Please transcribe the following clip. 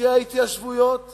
ההתיישבויות וההתנחלויות,